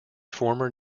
former